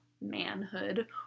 manhood